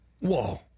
Whoa